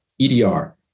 EDR